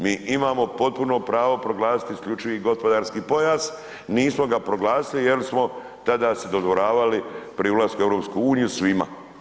Mi imamo potpuno pravo proglasiti isključivi gospodarski pojas, nismo ga proglasili jel smo tada se dodvoravali pri ulasku u EU, svima.